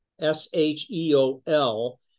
S-H-E-O-L